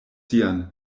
sian